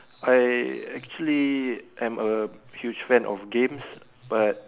I actually am a huge fan of games but